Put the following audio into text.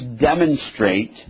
demonstrate